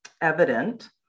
evident